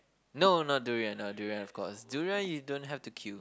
no not durian not durian of course durian you don't have to queue